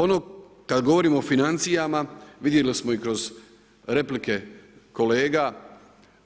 Ono kad govorimo o financijama, vidjeli smo i kroz replike kolega,